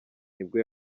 nibwo